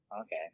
Okay